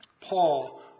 Paul